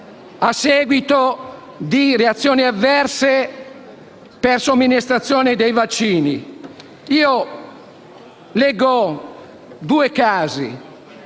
a seguito di reazioni avverse per somministrazione di vaccini. Io cito due casi: